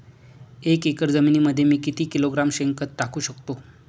एक एकर जमिनीमध्ये मी किती किलोग्रॅम शेणखत टाकू शकतो?